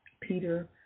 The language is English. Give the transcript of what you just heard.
Peter